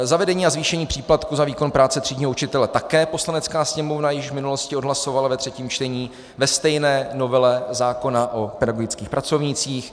Zavedení a zvýšení příplatku za výkon práce třídního učitele také Poslanecká sněmovna již v minulosti odhlasovala ve třetím čtení ve stejné novele zákona o pedagogických pracovnících.